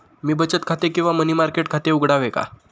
मी बचत खाते किंवा मनी मार्केट खाते उघडावे का?